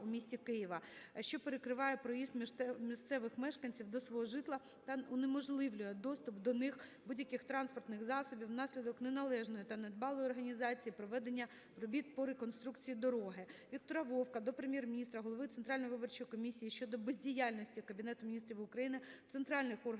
Віктора Вовка до Прем'єр-міністра, голови Центральної виборчої комісії щодо бездіяльності Кабінету Міністрів України, центральних органів